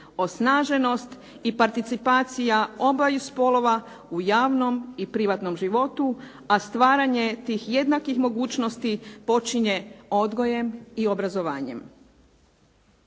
osnaženost i participacija obaju spolova u javnom i privatnom životu a stvaranje tih jednakih mogućnosti počinje odgojem i obrazovanjem.